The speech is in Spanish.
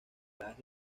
paradas